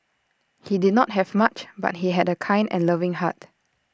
he did not have much but he had A kind and loving heart